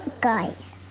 guys